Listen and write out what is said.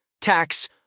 tax